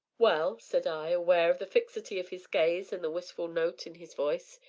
well, said i, aware of the fixity of his gaze and the wistful note in his voice,